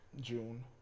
June